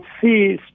see